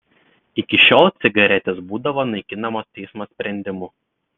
iki šiol cigaretės būdavo naikinamos teismo sprendimu